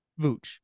Vooch